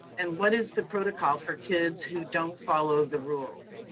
and what is the protocol for kids who don't follow the rules?